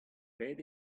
pet